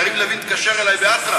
יריב לוין התקשר אלי באטרף,